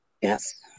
Yes